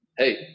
Hey